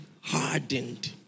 hardened